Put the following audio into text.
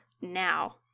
now